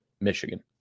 Michigan